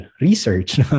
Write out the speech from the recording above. research